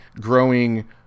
growing